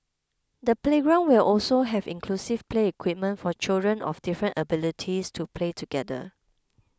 the playground will also have inclusive play equipment for children of different abilities to play together